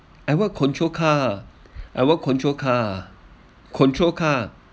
I want control car I want control car control car